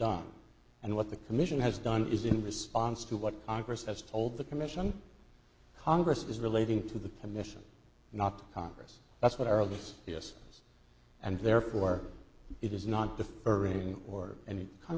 done and what the commission has done is in response to what congress has told the commission congress is relating to the commission not congress that's what our list yes is and therefore it is not